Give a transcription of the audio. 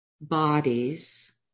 bodies